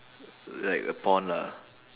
like a pond ah